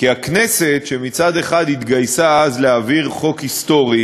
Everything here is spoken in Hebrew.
כי הכנסת שמצד אחד התגייסה אז להעביר חוק היסטורי